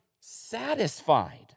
satisfied